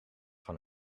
van